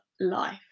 life